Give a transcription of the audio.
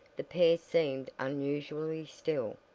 the pair seemed unusually still.